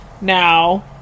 now